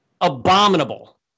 abominable